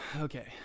okay